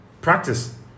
Practice